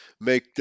make